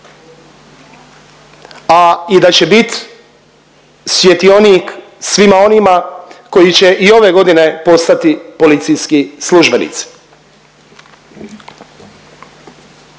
a i da će bit svjetionik svima onima koji će i ove godine postati policijski službenici.